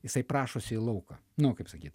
jisai prašosi į lauką nu kaip sakyt